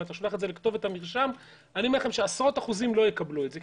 ואתה שולח את זה לכתובת המרשם - עשרות אחוזים לא יקבלו את זה,